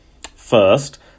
First